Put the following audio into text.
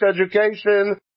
education